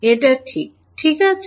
এটা ঠিক ঠিক আছে